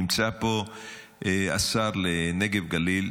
נמצא פה השר לנגב גליל,